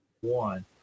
one